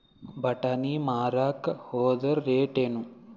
ಬಟಾನಿ ಮಾರಾಕ್ ಹೋದರ ರೇಟೇನು?